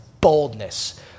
Boldness